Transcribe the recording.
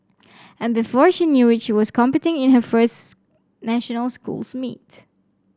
and before she knew it she was competing in her first national schools meet